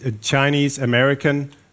Chinese-American